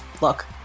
Look